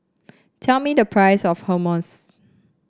tell me the price of Hummus